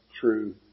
true